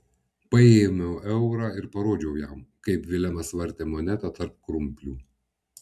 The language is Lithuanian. paėmiau eurą ir parodžiau jam kaip vilemas vartė monetą tarp krumplių